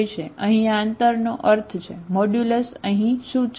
અહીં મોડ્યુલસ શું છે